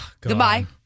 Goodbye